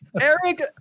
Eric